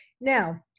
Now